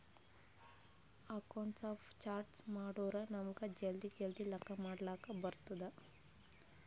accounts of charts ಮಾಡುರ್ ನಮುಗ್ ಜಲ್ದಿ ಜಲ್ದಿ ಲೆಕ್ಕಾ ಮಾಡ್ಲಕ್ ಬರ್ತುದ್